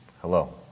hello